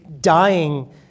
dying